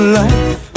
life